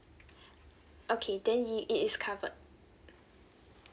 okay then it is covered